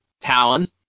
Talon